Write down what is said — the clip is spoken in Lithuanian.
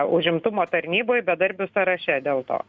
užimtumo tarnyboj bedarbių sąraše dėl to